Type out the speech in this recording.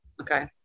Okay